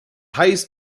highest